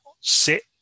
sit